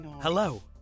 hello